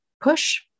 push